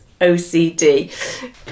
ocd